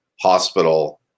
hospital